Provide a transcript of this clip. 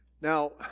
now